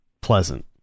pleasant